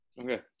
Okay